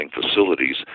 facilities